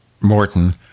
Morton